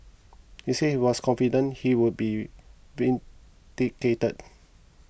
he said he was confident he would be vindicated